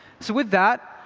so with that,